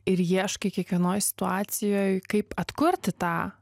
ir ieškai kiekvienoj situacijoj kaip atkurti tą